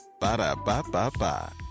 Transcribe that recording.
Ba-da-ba-ba-ba